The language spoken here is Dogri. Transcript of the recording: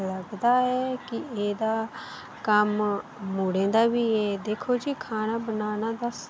मिं लगदा ऐ कि एह्दा कम्म मुड़े दा बी दिक्खो जी खाना बनाना